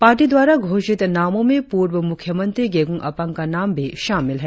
party द्वारा घोषित नामों में पूर्व मुख्य मंत्री गेगोंग अपांग का नाम भी शामिल है